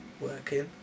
working